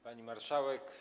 Pani Marszałek!